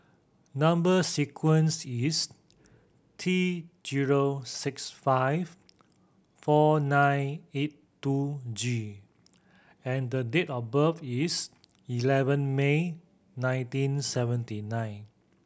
number sequence is T zero six five four nine eight two G and date of birth is eleven May nineteen seventy nine